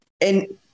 And-